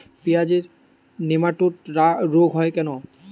পেঁয়াজের নেমাটোড রোগ কেন হয়?